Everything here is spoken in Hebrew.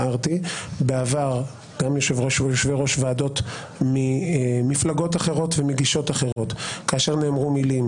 בעבר גם יושבי ראש ועדות ממפלגות אחרות ומגישות אחרות כאשר נאמרו מילים